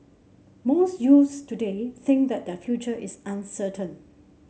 most youths today think that their future is uncertain